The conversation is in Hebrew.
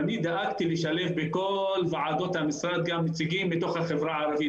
דאגתי לשלב בכל ועדות המשרד נציגים מתוך החברה הערבית,